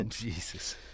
Jesus